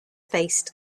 faced